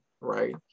right